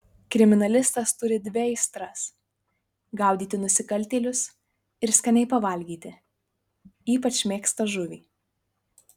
kriminalistas turi dvi aistras gaudyti nusikaltėlius ir skaniai pavalgyti ypač mėgsta žuvį